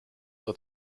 are